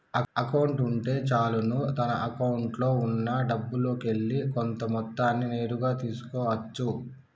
account ఉంటే చాలును తన అకౌంట్లో ఉన్నా డబ్బుల్లోకెల్లి కొంత మొత్తాన్ని నేరుగా తీసుకో అచ్చు